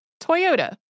Toyota